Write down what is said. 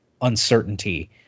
uncertainty